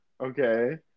Okay